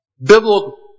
Biblical